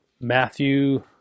Matthew